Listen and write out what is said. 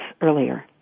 earlier